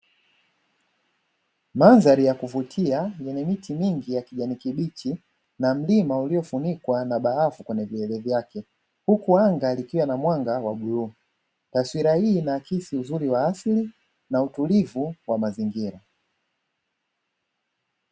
Mandhari ya kuvutia yenye miti mingi ya kijani kibichi na mlima uliofunikwa na barafu kwenye kilele vyake huku anga likiwa na mwanga wa buluu, taswira hii inaakisi uzuri wa asili na utulivu wa mazingira.